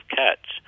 cats